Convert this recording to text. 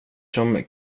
som